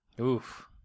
Oof